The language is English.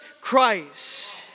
Christ